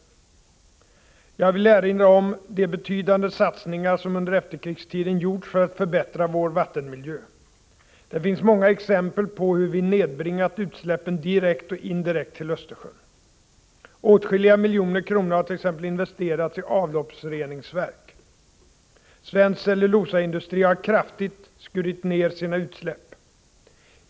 Jag vill erinra om de betydande satsningar som under efterkrigstiden gjorts för att förbättra vår vattenmiljö. Det finns många exempel på hur vi nedbringat utsläppen direkt och indirekt till Östersjön. Åtskilliga miljoner kronor har t.ex. investerats i avloppsreningsverk. Svensk cellulosaindustri har kraftigt skurit ner sina utsläpp.